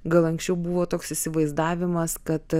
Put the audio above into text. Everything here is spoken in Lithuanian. gal anksčiau buvo toks įsivaizdavimas kad